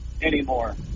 anymore